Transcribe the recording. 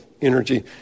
energy